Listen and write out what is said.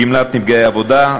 גמלת נפגעי עבודה,